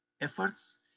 efforts